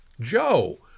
Joe